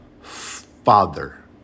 father